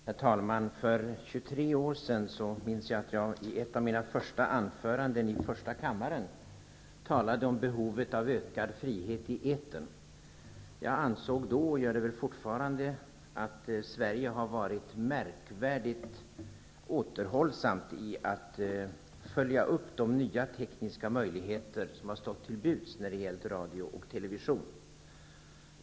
Herr talman! Jag minns att jag för 23 år sedan i ett av mina första anföranden i första kammaren talade om behovet av ökad frihet i etern. Jag ansåg då, och gör det fortfarande, att Sverige har varit märkvärdigt återhållsamt i att följa upp de nya tekniska möjligheter som har stått till buds när det gäller radio och television.